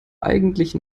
eigentlichen